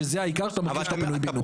שזה העיקר בפינוי בינוי.